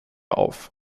auf